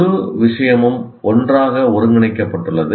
முழு விஷயமும் ஒன்றாக ஒருங்கிணைக்கப்பட்டுள்ளது